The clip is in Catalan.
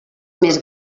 més